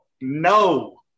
No